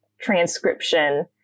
transcription